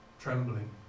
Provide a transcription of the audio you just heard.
trembling